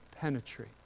penetrate